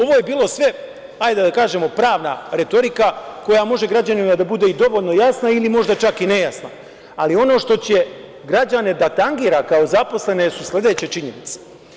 Ovo je bilo sve, hajde da kažemo, pravna retorika, koja može građanima da bude i dovoljno jasna ili možda čak i nejasna, ali ono što će građane da tangira, kao zaposlene, su sledeće činjenice.